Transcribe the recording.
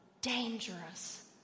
dangerous